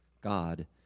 God